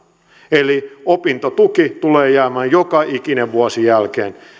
eli opintotuki tulee jäämään joka ikinen vuosi jälkeen